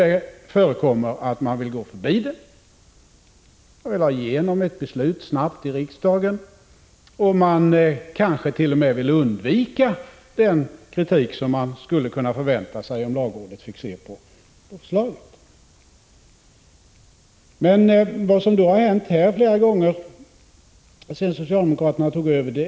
Det förekommer att man vill gå förbi det, man vill ha igenom ett beslut snabbt i riksdagen, man kanske t.o.m. vill undvika den kritik som man skulle kunna förvänta sig, om lagrådet fick se på förslaget. grundlagen föreskriver. Den rätten har regeringen. Vad vi har försökt säga under senare tid är att om regeringen begagnar sig av den rätten till att Men vad som har hänt flera gånger sedan socialdemokraterna tog över Prot.